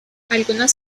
algunas